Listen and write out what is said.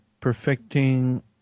perfecting